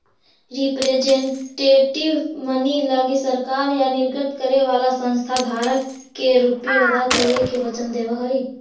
representative money लगी सरकार या निर्गत करे वाला संस्था धारक के रुपए अदा करे के वचन देवऽ हई